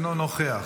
אינו נוכח.